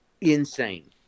insane